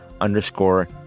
underscore